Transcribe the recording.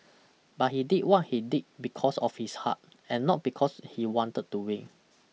but he did what he did because of his heart and not because he wanted to win